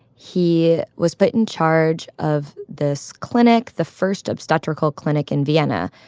he was put in charge of this clinic, the first obstetrical clinic in vienna.